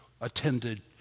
attended